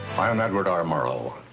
i'm edward r. murrow.